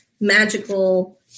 magical